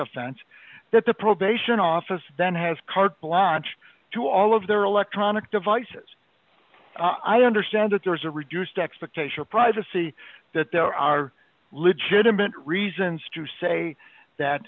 offense that the probation office then has carte blanche to all of their electronic devices i understand that there's a reduced expectation of privacy that there are legitimate reasons to say that